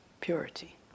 purity